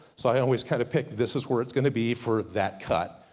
so i always kinda pick, this is where it's gonna be for that cut.